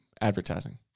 advertising